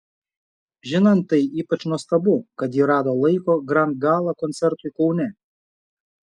žinant tai ypač nuostabu kad ji rado laiko grand gala koncertui kaune